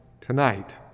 tonight